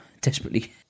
desperately